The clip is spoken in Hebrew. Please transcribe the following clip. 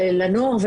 ולנוער,